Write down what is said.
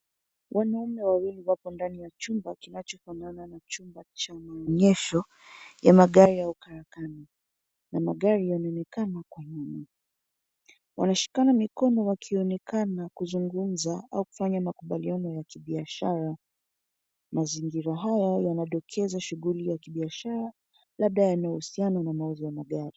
Wanaume wawili wapo ndani ya chumba kinachofanana na chumba cha maonyesho ya magari au karakana na magari yanaonekana kwa nyuma. Wanashikana mikono wakionekana kuzungumza au kufanya makubaliano ya kibiashara. Mazingira haya yanadokeza shughuli ya kibiashara labda yanayohusiana na mauzi wa magari.